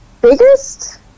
Biggest